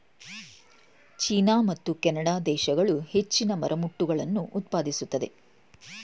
China ಮತ್ತು Canada ದೇಶಗಳು ಹೆಚ್ಚಿನ ಮರಮುಟ್ಟುಗಳನ್ನು ಉತ್ಪಾದಿಸುತ್ತದೆ